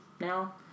now